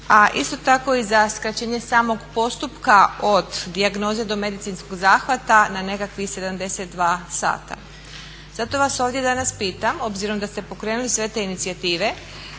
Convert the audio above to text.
a isto tako i za skraćenje samog postupka od dijagnoze do medicinskog zahvata na nekakvih 72 sata. Zato vas ovdje danas pitam, obzirom da ste pokrenuli sve te inicijative,